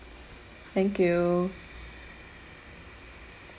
thank you